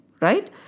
right